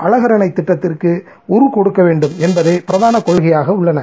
அழகர் அனை திட்டத்திற்கு உரு கொடுக்கவேண்டும் என்பதே பிரதான கோரிக்கையாக உள்ளன